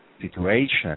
situation